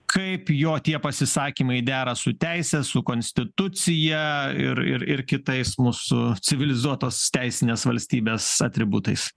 kaip jo tie pasisakymai dera su teise su konstitucija ir ir ir kitais mūsų civilizuotos teisinės valstybės atributais